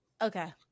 Okay